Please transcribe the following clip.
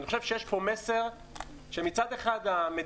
אני חושב שיש פה מסר שמצד אחד המדינה,